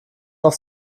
auf